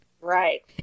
Right